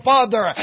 Father